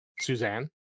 Suzanne